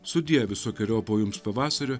sudie visokeriopo jums pavasario